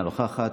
אינה נוכחת,